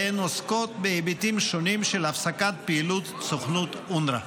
והן עוסקות בהיבטים שונים של הפסקת פעילות סוכנות אונר"א.